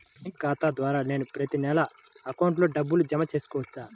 Bank ఖాతా ద్వారా నేను ప్రతి నెల అకౌంట్లో డబ్బులు జమ చేసుకోవచ్చా?